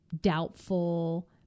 doubtful